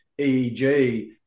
EEG